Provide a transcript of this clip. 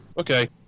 Okay